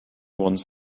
ones